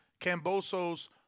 Camboso's